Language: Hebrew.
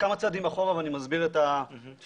כמה צעדים אחורה ואני מסביר את התפיסה